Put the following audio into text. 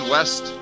West